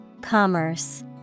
Commerce